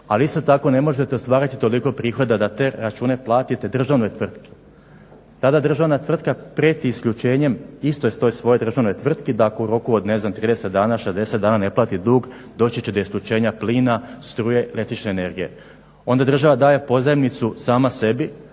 ali isto tako ne možete ostvariti toliko prihoda da te račune platite državnoj tvrtku. Tada državna tvrtka prijeti isključenjem istoj toj svojoj državnoj tvrtki da ako u roku od ne znam 30 ili 60 dana ne plati dug doći će do isključenja plina, struje, električne energije. Onda država daje pozajmicu sama sebi